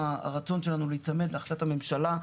הרצון שלנו להיצמד להחלטת הממשלה,